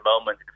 moment